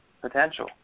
potential